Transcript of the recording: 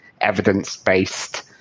evidence-based